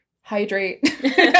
hydrate